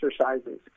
exercises